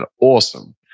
awesome